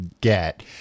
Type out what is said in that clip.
get